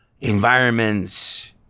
environments